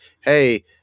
Hey